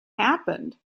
happened